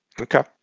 okay